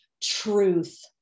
truth